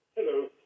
Hello